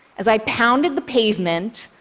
as i pounded the pavement,